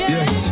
Yes